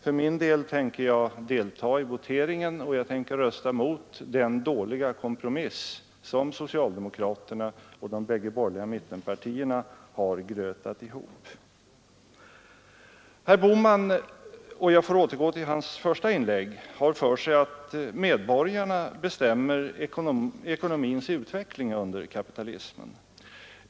För min del tänker jag delta i voteringen och rösta emot den dåliga kompromiss som socialdemokraterna och de bägge borgerliga mittenpartierna har kokat ihop. Herr Bohman — om jag får återgå till hans första inlägg — har för sig att medborgarna bestämmer ekonomins utveckling under kapitalismen.